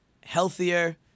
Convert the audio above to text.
healthier